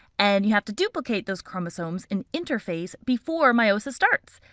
and you have to duplicate those chromosomes in interphase before meiosis starts.